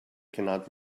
cannot